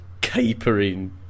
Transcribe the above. capering